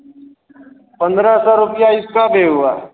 पन्द्रह सौ रुपया इसका भी हुआ